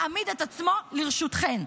מעמיד את עצמו לרשותכם.